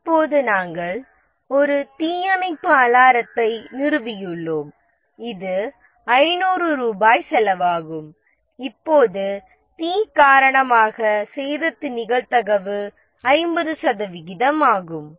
இப்போது நாம் ஒரு தீயணைப்பு அலாரத்தை நிறுவியுள்ளோம் இது 500 ரூபாய் செலவாகும் இப்போது தீ காரணமாக சேதத்தின் நிகழ்தகவு 50 சதவிகிதம் ஆகும்